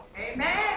Amen